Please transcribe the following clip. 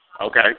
Okay